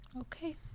Okay